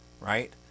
right